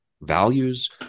values